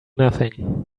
nothing